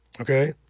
Okay